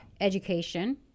education